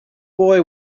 boy